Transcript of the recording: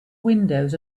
windows